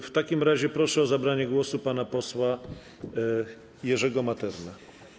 W takim razie proszę o zabranie głosu pana posła Jerzego Maternę.